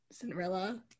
Cinderella